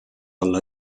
alla